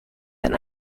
den